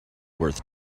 worth